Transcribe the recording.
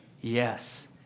Yes